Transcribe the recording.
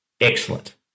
excellent